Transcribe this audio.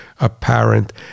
apparent